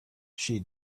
she